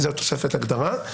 זאת התוספת להגדרה.